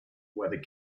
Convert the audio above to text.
where